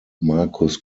markus